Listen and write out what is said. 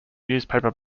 newspaper